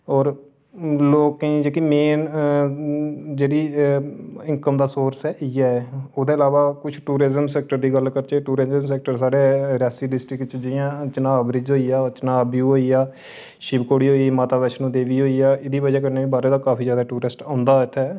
और लोकें की जेह्की मेन जेह्ड़ी इनकम दा सोर्स ऐ इ'यै ऐ ओह्दे इलावा कुछ टूरिज्म सैक्टर दी गल्ल करचै टूरिज्म सैक्टर साढ़े रियासी डिस्ट्रिक्ट च जि'यां चनाब ब्रिज होई गेआ चिनाब वियू होई गेआ शिवखोड़ी होई गेई माता बैश्णो देवी होई गयी एह्दी ब'जा कन्नै बी बड़ा टूरिस्ट औंदा ऐ इत्थै